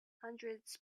hundreds